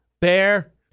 bear